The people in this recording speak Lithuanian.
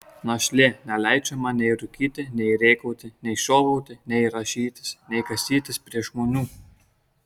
našlė neleidžia man nei rūkyti nei rėkauti nei žiovauti nei rąžytis nei kasytis prie žmonių